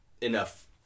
enough